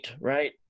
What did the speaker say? right